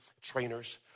trainers